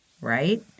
Right